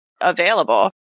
available